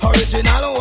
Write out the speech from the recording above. Original